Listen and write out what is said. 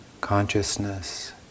consciousness